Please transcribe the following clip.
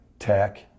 Tech